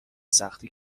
سختی